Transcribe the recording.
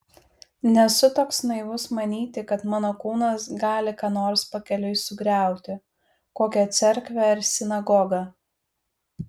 nesu toks naivus manyti kad mano kūnas gali ką nors pakeliui sugriauti kokią cerkvę ar sinagogą